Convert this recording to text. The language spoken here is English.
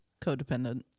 codependent